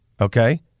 okay